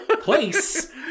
place